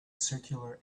circular